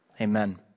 Amen